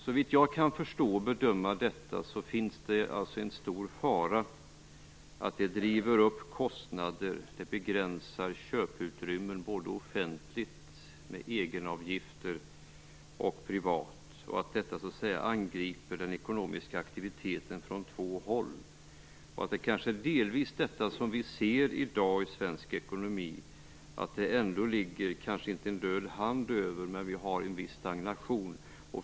Såvitt jag kan förstå och bedöma detta är det en stor fara att det driver upp kostnader, begränsar köputrymmen både offentligt, med egenavgifter, och privat och att detta så att säga angriper den ekonomiska aktiviteten från två håll. Det kanske är delvis detta vi ser i dag i svensk ekonomi, inte att det ligger en död hand över men att vi har en viss stagnation.